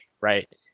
right